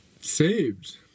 saved